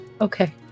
Okay